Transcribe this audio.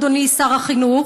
אדוני שר החינוך,